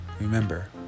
remember